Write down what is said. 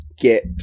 get